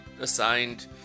assigned